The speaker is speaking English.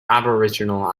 aboriginal